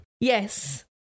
Yes